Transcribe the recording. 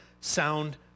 sound